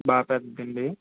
బాగా పెద్దడంది